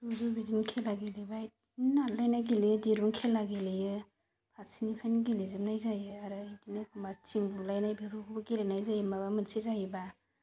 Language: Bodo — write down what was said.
ज' ज' बिदिनो खेला गेलेबाय बिदिनो आलादा आलादा गेलेयो दिरुं खेला गेलेयो फारसेनिफ्रायनो गेलेजोबनाय जायो आरो बिदिनो एखनबा थिं बुलायनाय बेफोरखौबो गेलेनाय जायो माबा मोनसे जायोबा